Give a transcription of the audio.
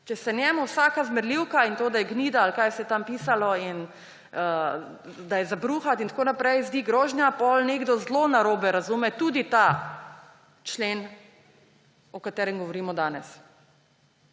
Če se njemu vsaka zmerljivka in to, da je gnida, ali kaj vse je tam pisalo, in da je za bruhati in tako naprej, zdi grožnja, potem nekdo zelo narobe razume tudi ta člen, o katerem govorimo danes.